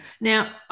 Now